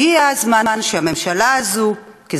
הגיע הזמן שהממשלה הזו כולה,